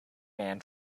man